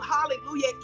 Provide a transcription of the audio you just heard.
hallelujah